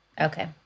Okay